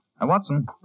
Watson